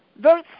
Verse